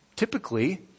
Typically